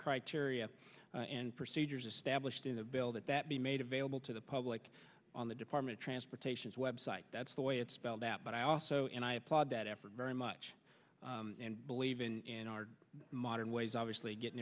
criteria and procedures established in the bill that that be made available to the public on the department of transportation's website that's the way it's spelled out but i also and i applaud that effort very much and believe in our modern ways obviously getting